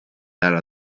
alla